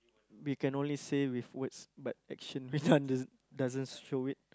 we can only say with words but actions we done doesn't show it